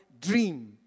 dream